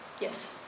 Yes